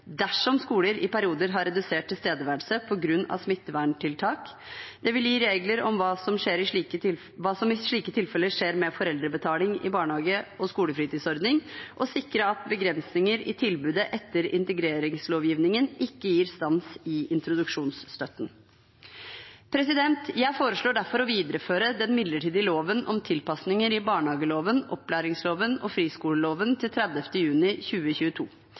dersom skoler i perioder har redusert tilstedeværelse på grunn av smitteverntiltak. Det vil gi regler om hva som i slike tilfeller skjer med foreldrebetaling i barnehage og skolefritidsordning, og sikre at begrensninger i tilbudet etter integreringslovgivningen ikke gir stans i introduksjonsstøtten. Jeg foreslår derfor å videreføre den midlertidige loven om tilpasninger i barnehageloven, opplæringsloven og friskoleloven til 30. juni 2022.